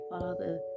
Father